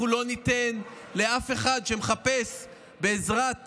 ואנחנו לא ניתן לאף אחד להשפיע על תוצאות הבחירות בעזרת